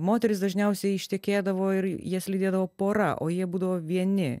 moterys dažniausiai ištekėdavo ir jas lydėdavo pora o jie būdavo vieni